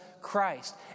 Christ